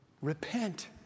Repent